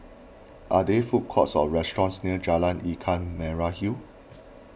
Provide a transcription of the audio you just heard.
are they food courts or restaurants near Jalan Ikan Merah Hill